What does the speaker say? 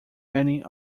many